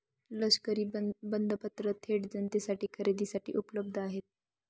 लष्करी बंधपत्र थेट जनतेसाठी खरेदीसाठी उपलब्ध आहेत